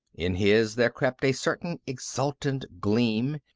in his there crept a certain exultant gleam,